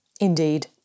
Indeed